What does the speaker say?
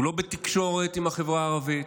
הוא לא בתקשורת עם החברה הערבית.